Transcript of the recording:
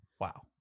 wow